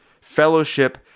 fellowship